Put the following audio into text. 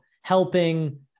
helping